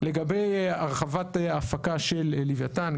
לגבי הרחבת ההפקה של לווייתן,